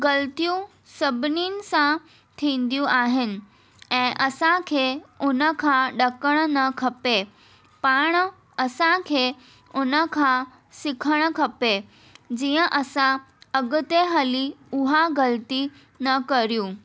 ग़लतियूं सभिनीनि सां थींदियूं आहिनि ऐं असांखे उनखां डकणु न खपे पाण असांखे उनखां सिखणु खपे जीअं असां अॻिते हली उहा ग़लती न करियूं